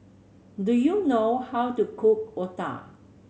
do you know how to cook otah